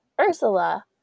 ursula